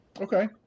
Okay